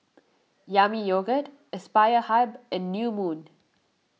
Yami Yogurt Aspire Hub and New Moon